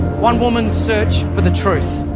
one woman's search for the truth.